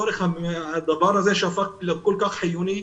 הדבר הזה שהפך לכל כך חיוני,